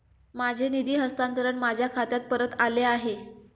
माझे निधी हस्तांतरण माझ्या खात्यात परत आले आहे